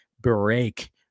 break